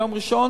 ביום ראשון,